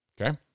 Okay